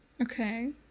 Okay